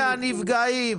הנפגעים.